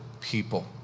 people